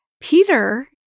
Peter